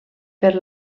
per